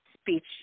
speech